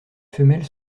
femelles